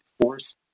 force